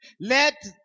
let